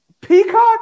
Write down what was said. Peacock